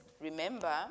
remember